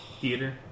Theater